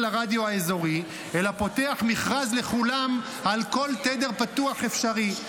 הרדיו האזורי --- אלא פותח מכרז לכולם על כל תדר פתוח אפשרי",